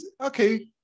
okay